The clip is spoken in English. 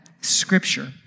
scripture